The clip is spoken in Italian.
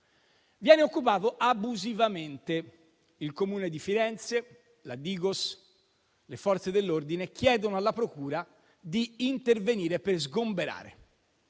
viene occupato abusivamente. Il Comune di Firenze, la DIGOS e le Forze dell'ordine chiedono alla procura di intervenire per sgomberare.